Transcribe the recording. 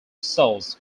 cells